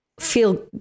Feel